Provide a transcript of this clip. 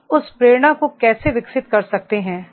हम उस प्रेरणा को कैसे विकसित कर सकते हैं